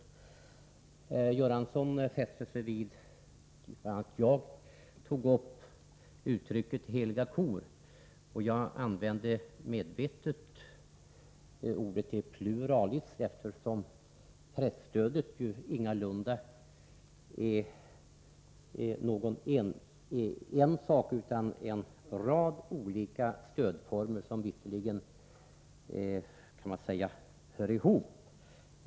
Bengt Göransson fäste sig vid uttrycket ”heliga kor”, som jag förde på tal. Jag uttryckte mig medvetet i pluralis, eftersom presstödet ingalunda är bara en stödform utan en rad olika stödformer som hör ihop.